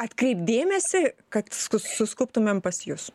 atkreipt dėmesį kad skus suskubtumėm pas jus